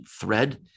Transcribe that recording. thread